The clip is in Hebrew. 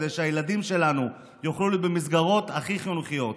כדי שהילדים שלנו יוכלו להיות במסגרות הכי חינוכיות.